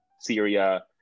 Syria